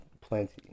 plenty